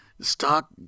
stock